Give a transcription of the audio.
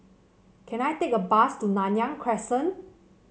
can I take a bus to Nanyang Crescent